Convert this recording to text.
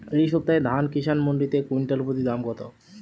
এই সপ্তাহে ধান কিষান মন্ডিতে কুইন্টাল প্রতি দাম কত?